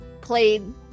played